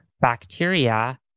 bacteria